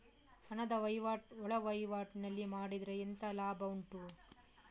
ಹಣದ ವಹಿವಾಟು ಒಳವಹಿವಾಟಿನಲ್ಲಿ ಮಾಡಿದ್ರೆ ಎಂತ ಲಾಭ ಉಂಟು?